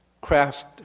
craft